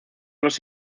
los